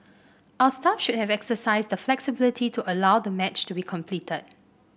our staff should have exercised the flexibility to allow the match to be completed